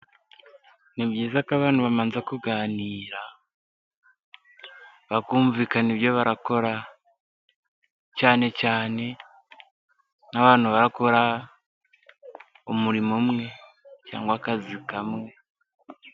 Ni byiza ko abantu babanza kuganira, bakumvikana ibyo barakora, cyane cyane nk'abantu barakora umurimo umwe, cyangwa akazi kamwe.